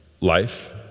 life